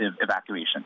evacuation